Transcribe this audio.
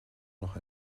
noch